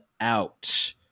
out